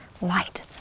light